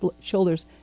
shoulders